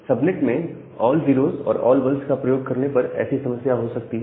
subnet में all 0s और all 1s का प्रयोग करने पर ऐसी समस्या हो सकती है